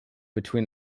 between